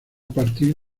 partir